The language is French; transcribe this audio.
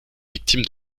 victimes